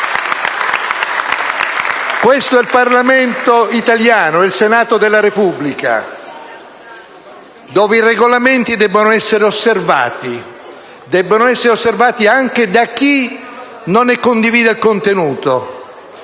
Questo è il Parlamento italiano: è il Senato della Repubblica, dove i Regolamenti devono essere osservati, anche da chi non ne condivide il contenuto.